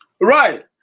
Right